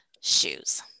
shoes